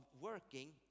working